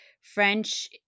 French